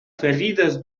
ferides